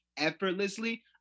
effortlessly